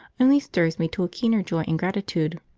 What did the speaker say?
only stirs me to a keener joy and gratitude.